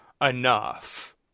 enough